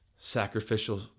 Sacrificial